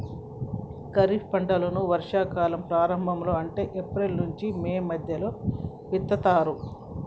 ఖరీఫ్ పంటలను వర్షా కాలం ప్రారంభం లో అంటే ఏప్రిల్ నుంచి మే మధ్యలో విత్తుతరు